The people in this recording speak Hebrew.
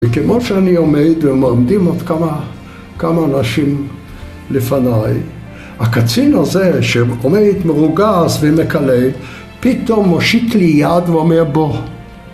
וכמו שאני עומד, ועומדים עוד כמה אנשים לפניי, הקצין הזה שעומד מרוגז ומקלל, פתאום מושיט לי יד, ואומר בוא